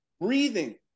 breathing